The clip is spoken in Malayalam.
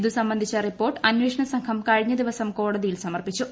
ഇത് സംബന്ധിച്ച റിപ്പോർട്ട് അന്വേഷണ സംഘം കഴിഞ്ഞ ദിവസം കോടതിയിൽ സമർപ്പിച്ചു